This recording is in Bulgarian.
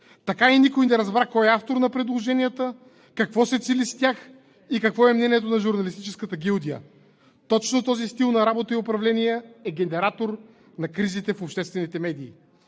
Така и никой не разбра кой е автор на предложенията, какво се цели с тях и какво е мнението на журналистическата гилдия? Точно този стил на работа и управление е генератор на кризите в обществените медии.